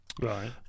Right